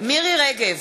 מירי רגב,